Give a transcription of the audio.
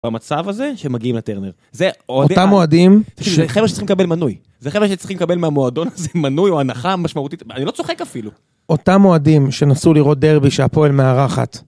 במצב הזה, שמגיעים לטרנר. זה אותם אוהדים... תשמע, זה חבר'ה שצריכים לקבל מנוי. זה חבר'ה שצריכים לקבל מהמועדון הזה מנוי או הנחה משמעותית. אני לא צוחק אפילו. אותם אוהדים שנסעו לראות דרבי שהפועל מארחת.